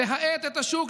להאט את השוק,